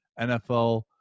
NFL